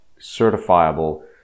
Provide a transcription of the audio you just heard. certifiable